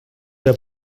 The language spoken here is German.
der